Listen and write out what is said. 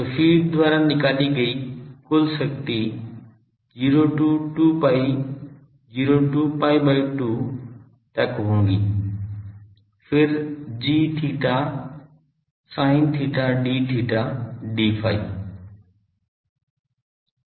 तो फ़ीड द्वारा निकाली गई कुल शक्ति 0 to 2 pi 0 to pi by 2 तक होगी फिर gθ sin theta d theta d phi